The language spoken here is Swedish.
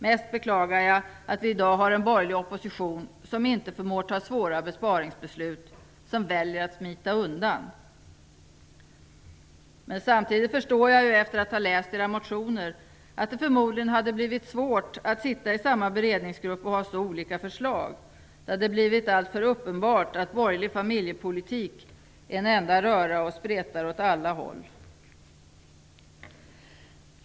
Mest beklagar jag att vi i dag har en borgerlig opposition som inte förmår fatta svåra besparingsbeslut utan väljer att smita undan. Efter att ha läst era motioner förstår jag dock att det förmodligen skulle ha blivit svårt för er att sitta i samma beredningsgrupp och ha så olika förslag. Det hade blivit alltför uppenbart att borgerlig familjepolitik är en enda röra och spretar åt alla håll.